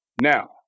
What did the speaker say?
Now